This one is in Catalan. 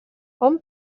hom